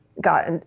got